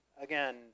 again